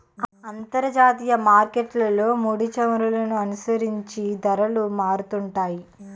అంతర్జాతీయ మార్కెట్లో ముడిచమురులను అనుసరించి ధరలు మారుతుంటాయి